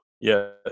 Yes